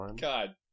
God